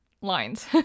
lines